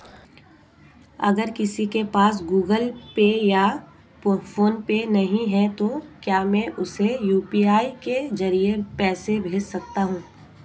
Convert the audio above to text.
अगर किसी के पास गूगल पे या फोनपे नहीं है तो क्या मैं उसे यू.पी.आई के ज़रिए पैसे भेज सकता हूं?